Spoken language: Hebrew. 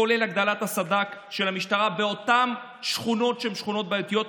כולל הגדלת הסד"כ של המשטרה באותן שכונות שהן שכונות בעייתיות,